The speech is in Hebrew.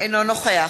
אינו נוכח